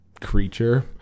creature